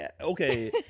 Okay